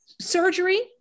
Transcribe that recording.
Surgery